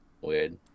Weird